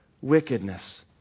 wickedness